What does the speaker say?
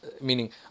meaning